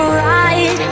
right